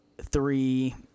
three